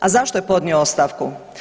A zašto je podnio ostavku?